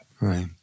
Right